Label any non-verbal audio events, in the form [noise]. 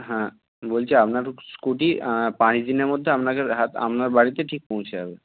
হ্যাঁ বলছি আপনার স্কুটি পাঁচদিনের মধ্যে [unintelligible] আপনার বাড়িতে ঠিক পৌঁছে যাবে